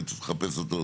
ולך תחפש אותו,